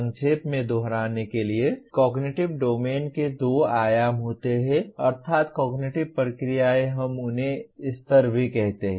संक्षेप में दुहराने के लिए कॉग्निटिव डोमेन के दो आयाम होते हैं अर्थात कॉग्निटिव प्रक्रियाएं हम उन्हें स्तर भी कहते हैं